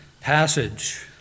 passage